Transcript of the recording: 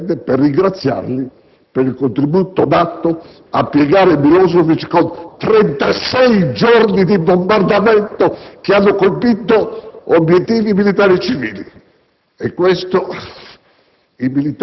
intervenne, per ringraziarli per il contributo dato a piegare Milosevic con trentacinque giorni di bombardamento, che hanno colpito obiettivi militari e civili. Questo